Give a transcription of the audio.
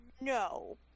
No